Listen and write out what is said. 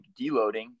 deloading